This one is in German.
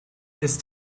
ist